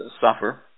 suffer